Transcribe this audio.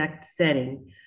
setting